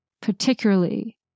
particularly